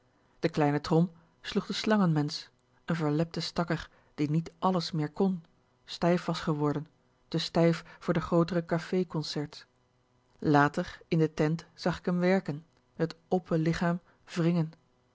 de kleine trom sloeg de slangenmensch n verlepte stakker die niet alles meer kon stijf was geworden te stijf voor de grootere café concerts later in de tent zag k hem werken t dp pe lichaam wringen